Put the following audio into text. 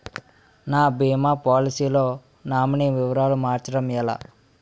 నా భీమా పోలసీ లో నామినీ వివరాలు మార్చటం ఎలా?